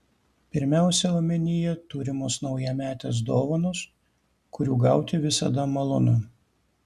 pirmiausia omenyje turimos naujametės dovanos kurių gauti visada malonu